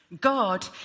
God